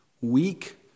Weak